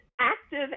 active